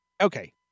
okay